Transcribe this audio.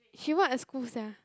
she what school sia